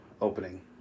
opening